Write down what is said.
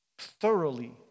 thoroughly